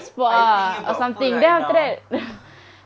are you thinking about food right now